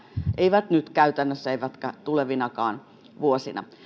eivät nyt käytännössä eivätkä tulevinakaan vuosina